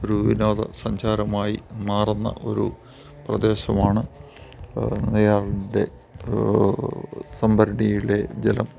ഒരു വിനോദസഞ്ചാരമായി മാറുന്ന ഒരു പ്രദേശമാണ് നെയ്യാർൻ്റെ സംഭരണിയിലെ ജലം